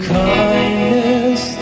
kindness